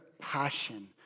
passion